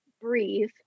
breathe